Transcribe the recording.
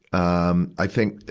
um, i think,